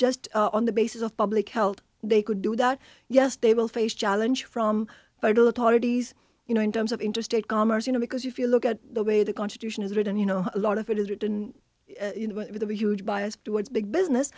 just on the basis of public health they could do that yes they will face a challenge from vital authorities you know in terms of interstate commerce you know because if you look at the way the constitution is written you know a lot of it is written with a huge bias towards big business